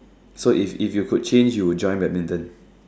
so it's if you could change you would join badminton